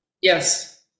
Yes